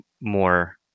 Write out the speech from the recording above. more